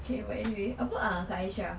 okay but anyway apa ah kakak aisyah